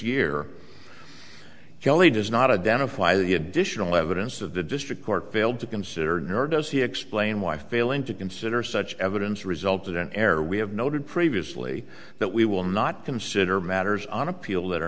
year kelly does not adana fly the additional evidence of the district court failed to consider nor does he explain why failing to consider such evidence resulted in error we have noted previously that we will not consider matters on appeal that are